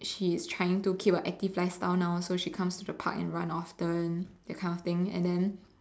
she's trying to keep an active lifestyle now so she comes to the park now and runs often that kind of thing and then